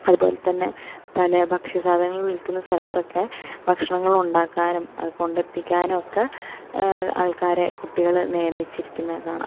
അതുപോലെതന്നെ പല ഭക്ഷ്യ സാധനങ്ങൾ വിൽക്കുന്ന സ്ഥലത്തൊക്കെ ഭക്ഷണങ്ങൾ ഉണ്ടാക്കാനും അത് കൊണ്ടെത്തിക്കാനുമൊക്കെ ആൾക്കാരെ കുട്ടികൾ നിയമിച്ചിരിക്കുന്നതു കാണാം